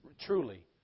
truly